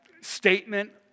statement